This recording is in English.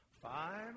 Five